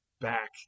back